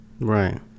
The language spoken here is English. Right